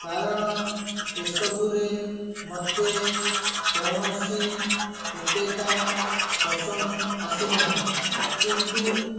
କାରଣ ଏସବୁରେ ମୋତେ କୌଣସି ଏତେଟା ପସନ୍ଦ ଆସେ ନାହିଁ କିନ୍ତୁ